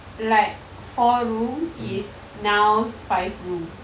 like four room is now's five room